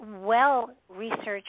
well-researched